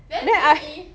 then then 你